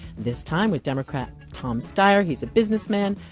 this time with democrat tom steyer. he's a businessman,